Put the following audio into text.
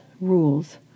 rules